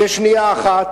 בשנייה אחת,